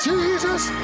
Jesus